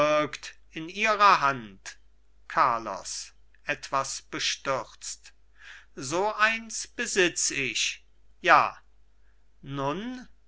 in ihrer hand carlos etwas bestürzt so eins besitz ich ja nun